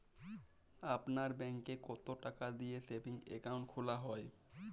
আপনার ব্যাংকে কতো টাকা দিয়ে সেভিংস অ্যাকাউন্ট খোলা হয়?